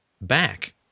back